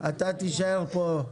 אתה תישאר פה.